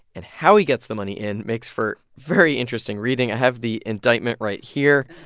and how he gets the money in makes for very interesting reading. i have the indictment right here.